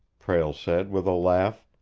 prale said, with a laugh.